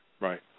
Right